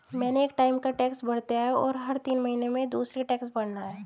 मैंने एक टाइम का टैक्स भर दिया है, और हर तीन महीने में दूसरे टैक्स भरना है